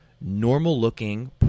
normal-looking